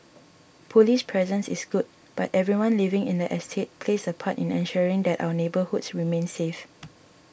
police presence is good but everyone living in the estate plays a part in ensuring that our neighbourhoods remain safe